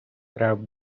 треба